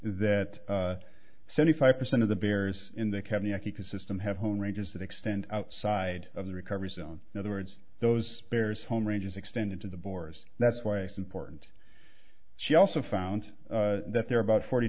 that seventy five percent of the bears in the company i keep the system have home ranges that extend outside of the recovery zone in other words those bears home ranges extended to the bores that's why it's important she also found that there are about forty